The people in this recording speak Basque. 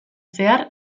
zehar